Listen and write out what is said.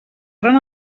gran